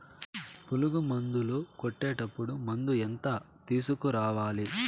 పులుగు మందులు కొట్టేటప్పుడు మందు ఎంత తీసుకురావాలి?